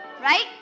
right